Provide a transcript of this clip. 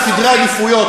על סדרי עדיפויות,